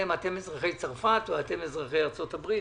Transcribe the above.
אזרחי צרפת או אתם אזרחי ארצות הברית.